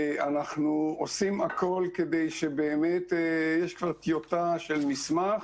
יש כבר טיוטה של מסמך